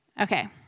Okay